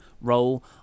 role